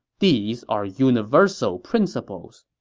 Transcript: these are universal principles.